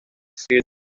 stone